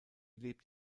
lebt